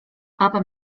aber